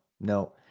no